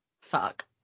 fuck